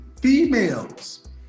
females